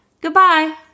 Goodbye